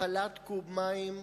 התפלת קוב מים